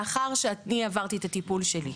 לאחר שאני עברתי את הטיפול שלי,